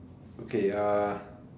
okay